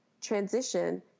transition